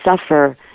suffer